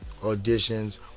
auditions